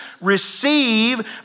receive